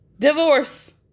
divorce